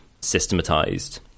systematized